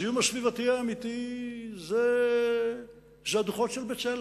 הזיהום הסביבתי האמיתי זה הדוחות של "בצלם",